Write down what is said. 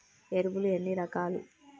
ఎరువులు ఎన్ని రకాలు?